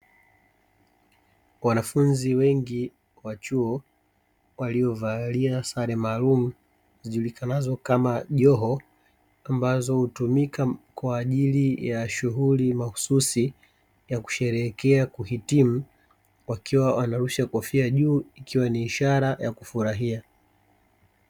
Wanafunzi wengi wa chuo waliovalia sare maalumu zijulikanazo kama joho ambazo hutumika kwaajili shughuli mahususi ya kusheherekea kuhitimu wakiwa wanarusha kofia juu ikiwa ni ishara ya kufurahia.